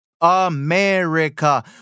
America